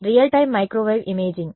real time microwave imaging